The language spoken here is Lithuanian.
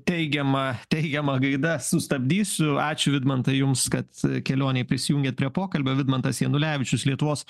teigiama teigiama gaida sustabdysiu ačiū vidmantai jums kad kelionėj prisijungėt prie pokalbio vidmantas janulevičius lietuvos